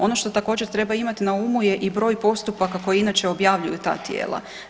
Ono što također treba imati na umu je i broj postupaka koji inače objavljuju ta tijela.